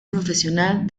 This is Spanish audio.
profesional